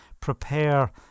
prepare